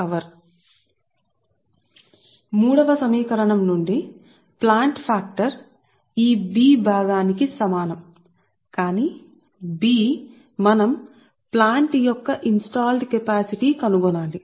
కాబట్టి సమీకరణం 3 నుండి ఇప్పుడు ప్లాంట్ ఫాక్టర్ ఈ భాగానికి సమానం b కానీ b మేము ప్లాంట్ యొక్క వ్యవస్థాపించిన సామర్థ్యాన్ని కనుగొనాలి